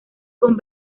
con